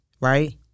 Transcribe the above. right